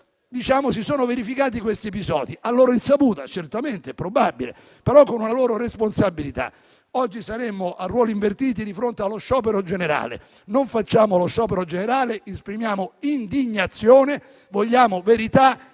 si sono verificati questi episodi. A loro insaputa? Certamente, è probabile, però con una loro responsabilità. Oggi, a ruoli invertiti, saremmo di fronte allo sciopero generale. Non facciamo lo sciopero generale, ma esprimiamo indignazione. Vogliamo verità e